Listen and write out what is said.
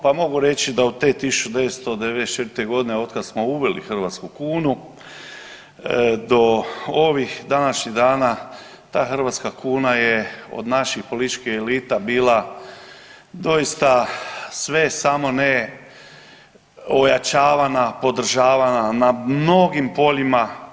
Pa mogu reći da od te 1994.g. od kad smo uveli hrvatsku kunu do ovih današnjih dana ta hrvatska kuna je od naših političkih elita bila doista sve samo ne ojačavana, podržava na mnogim poljima.